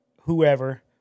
whoever